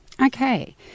okay